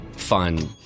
fun